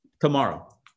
tomorrow